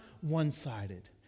one-sided